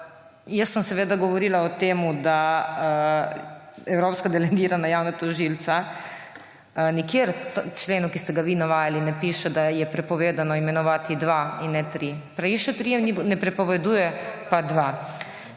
jaz sem govorila o tem, da za evropska delegirana javna tožilca nikjer v členu, ki ste ga vi navajali, ne piše, da je prepovedano imenovati dva in ne tri. Piše tri, ne prepoveduje pa dveh.